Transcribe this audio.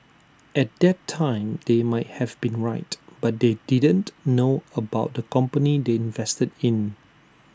at that time they might have been right but they didn't know about the company they invested in